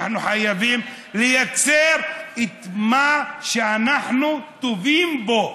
אנחנו חייבים ליצור את מה שאנחנו טובים בו.